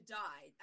die